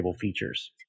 features